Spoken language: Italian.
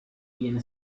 viene